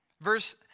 Verse